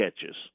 catches